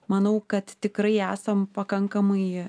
manau kad tikrai esam pakankamai